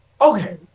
okay